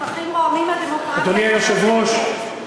אדוני סגן השר,